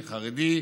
חרדי,